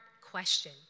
question